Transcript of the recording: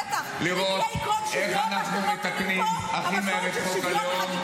בטח ----- לראות איך אנחנו מתקנים הכי מהר את חוק הלאום,